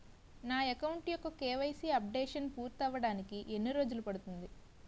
నా అకౌంట్ యెక్క KYC updation పూర్తి అవ్వడానికి ఎన్ని రోజులు పడుతుంది?